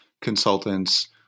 consultants